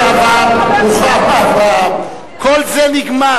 חברת הכנסת והשרה לשעבר רוחמה אברהם, כל זה נגמר.